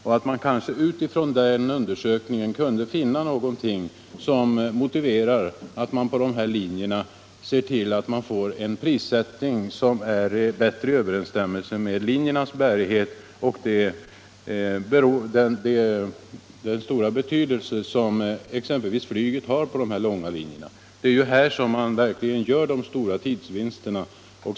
Genom en sådan undersökning skulle man kanske kunna finna en motivering för att på dessa linjer tillämpa en prissättning som står i bättre överensstämmelse med linjernas bärighet och den stora betydelse som flyget har på dessa långa sträckor. Det är här man gör de verkligt stora tidsvinsterna.